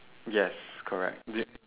yes correct is it